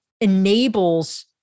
enables